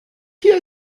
hier